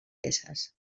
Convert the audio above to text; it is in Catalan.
peces